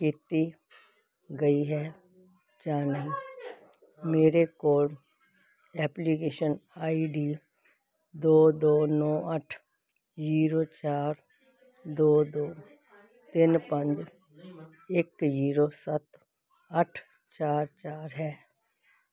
ਕੀਤੀ ਗਈ ਹੈ ਜਾਂ ਨਹੀਂ ਮੇਰੇ ਕੋਲ ਐਪਲੀਕੇਸ਼ਨ ਆਈਡੀ ਦੋ ਦੋ ਨੌਂ ਅੱਠ ਜੀਰੋ ਚਾਰ ਦੋ ਦੋ ਤਿੰਨ ਪੰਜ ਇੱਕ ਜੀਰੋ ਸੱਤ ਅੱਠ ਚਾਰ ਚਾਰ ਹੈ